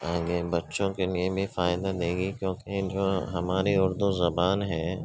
آگے بچوں کے لیے بھی فائدہ دے گی کیونکہ جو ہماری اردو زبان ہے